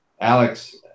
Alex